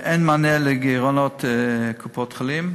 אין מענה לגירעונות קופות-החולים.